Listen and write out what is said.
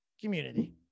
community